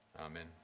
Amen